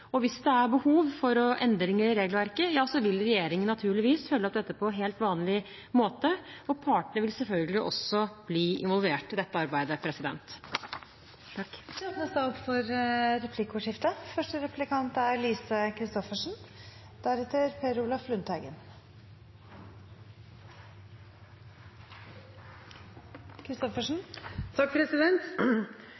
Hvis det er behov for endringer i regelverket, vil regjeringen naturligvis følge opp dette på helt vanlig måte. Partene vil selvfølgelig også bli involvert i dette arbeidet. Det blir replikkordskifte. Jeg regner med at det